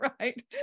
right